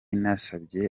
nasabye